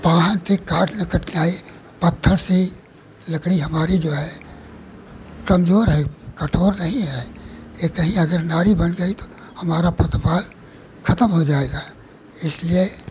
पाहन ते काट लकट के आए पत्थर से लकड़ी हमारी जो है कमज़ोर है कठोर नहीं है एकहि अगर नारी बन गई तो हमारा प्रतिपाल खतम हो जाएगा इसलिए